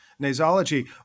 nasology